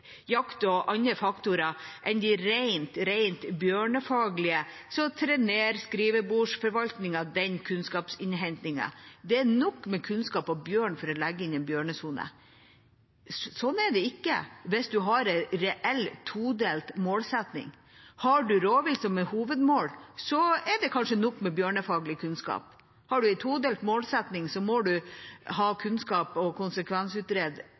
jakt og andre faktorer enn de rent bjørnefaglige, så trenerer skrivebordsforvaltningen den kunnskapsinnhentingen. Det er nok av kunnskap om bjørn til å legge inn en bjørnesone. Slik er det ikke hvis man har en reell, todelt målsetting. Har man rovvilt som hovedmål, er det kanskje nok med bjørnefaglig kunnskap. Har man en todelt målsetting, må man ha kunnskap og